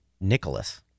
Nicholas